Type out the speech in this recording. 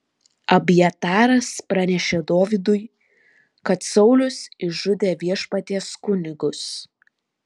abjataras pranešė dovydui kad saulius išžudė viešpaties kunigus